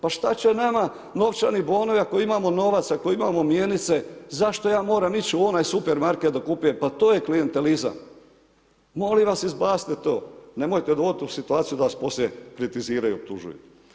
Pa šta će nama novčani bonovi, ako imamo novac, ako imamo mjenice, zašto ja moram ići u onaj supermarket, da kupujem, pa to je klijentizam, molim vas, izbacite to, nemojte dovoditi u situaciju da vas poslije kritiziraju i optužuju.